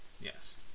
Yes